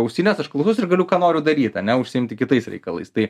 ausines aš klausausi ir galiu ką noriu daryt ane užsiimti kitais reikalais tai